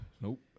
Nope